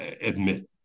admit